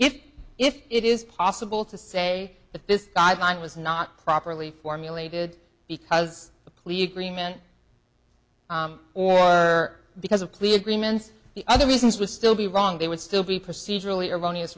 if if it is possible to say that this guy's mind was not properly formulated because the plea agreement or because of plea agreements the other reasons would still be wrong they would still be procedurally erroneous